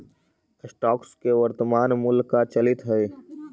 stocks के वर्तनमान मूल्य का चलित हइ